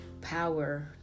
power